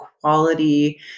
quality